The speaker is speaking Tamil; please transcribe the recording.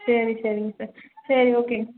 சரி சரிங்க சார் சரி ஓகேங்க சார்